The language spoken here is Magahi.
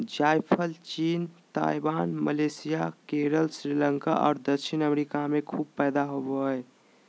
जायफल चीन, ताइवान, मलेशिया, केरल, श्रीलंका और दक्षिणी अमेरिका में खूब पैदा होबो हइ